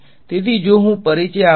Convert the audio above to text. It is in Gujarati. તેથી જો હું પરિચય આપું